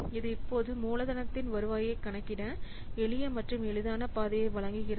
இது இப்போது மூலதனத்தின் வருவாயைக் கணக்கிட எளிய மற்றும் எளிதான பாதையை வழங்குகிறது